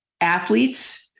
athletes